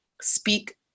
speak